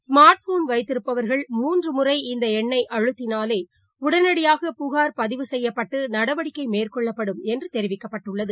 smart phone வைத்திருப்பவர்கள் மூன்றுமுறை இந்தஎண்ணைஅழுத்தினாலேஉடனடியாக புகார் பதிவு செய்யப்பட்டுநடவடிக்கைமேற்கொள்ளப்படும் என்றுதெரிவிக்கப்பட்டுள்ளது